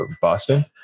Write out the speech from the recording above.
Boston